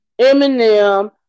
Eminem